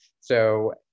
So-